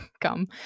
come